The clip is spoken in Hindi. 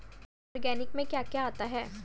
ऑर्गेनिक में क्या क्या आता है?